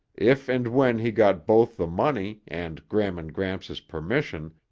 if and when he got both the money and gram and gramps' permission,